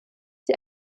die